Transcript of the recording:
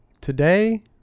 Today